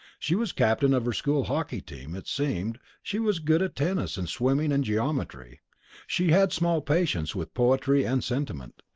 she was captain of her school hockey team, it seemed she was good at tennis and swimming and geometry she had small patience with poetry and sentiment.